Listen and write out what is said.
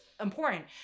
important